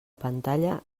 pantalla